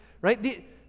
right